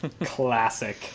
Classic